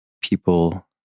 people